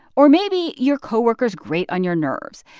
or maybe your coworkers grate on your nerves.